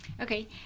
Okay